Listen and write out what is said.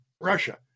Russia